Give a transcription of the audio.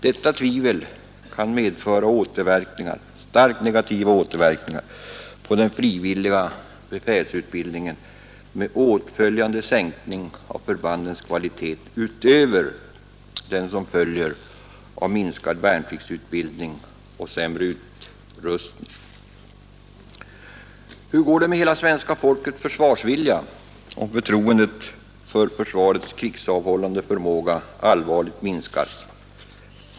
Detta tvivel kan medföra starkt negativa återverkningar på den frivilliga befälsutbildningen med åtföljande sänkning av förbandens kvalitet utöver den som följer av minskad värnpliktsutbildning och sämre utrustning. Hur går det då med hela svenska folkets försvarsvilja, om förtroendet för försvarets krigsavhållande förmåga allvarligt minskar?